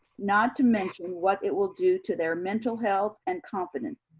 not to mention what it will do to their mental health and confidence.